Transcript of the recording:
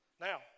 Now